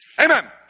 Amen